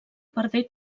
perdé